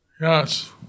Yes